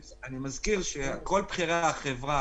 אני מזכיר שכל בכירי החברה,